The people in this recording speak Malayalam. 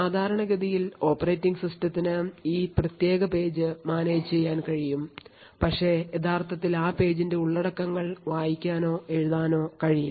സാധാരണഗതിയിൽ ഓപ്പറേറ്റിംഗ് സിസ്റ്റത്തിന് ഈ പ്രത്യേക പേജ് മാനേജുചെയ്യാൻ കഴിയും പക്ഷേ യഥാർത്ഥത്തിൽ ആ പേജിന്റെ ഉള്ളടക്കങ്ങൾ വായിക്കാനോ എഴുതാനോ കഴിയില്ല